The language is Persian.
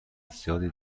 زیادی